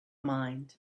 mind